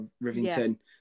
Rivington